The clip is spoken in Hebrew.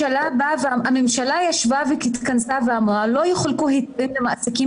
הממשלה התכנסה ואמרה שלא יחולקו היתרים למעסיקים